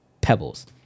pebbles